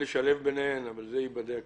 נבדוק